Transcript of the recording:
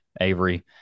Avery